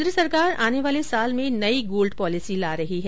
केन्द्र सरकार आने वाले साल में नई गोल्ड पॉलिसी ला रही है